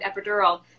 epidural